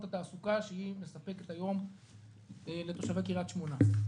התעסוקה שהיא מספקת היום לתושבי קרית שמונה.